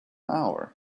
hour